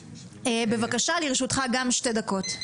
בבקשה, גם לרשותך שתי דקות.